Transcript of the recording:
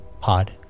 pod